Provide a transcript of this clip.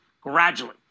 gradually